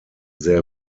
sehr